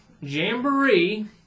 Jamboree